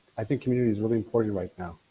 i think community is really important right now.